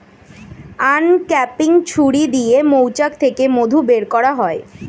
uncapping ছুরি দিয়ে মৌচাক থেকে মধু বের করা হয়